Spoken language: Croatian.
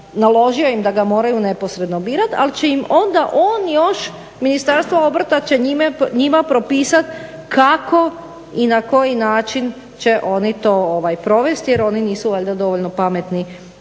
naložio im da ga moraju neposredno birati ali će im onda on još Ministarstvo obrta će njima propisati kako i na koji način će oni to provesti jer oni nisu valjda dovoljno pametni